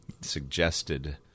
suggested